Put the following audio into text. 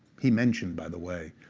he mentioned, by the way,